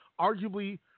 arguably